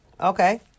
Okay